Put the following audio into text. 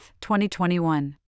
2021